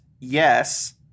yes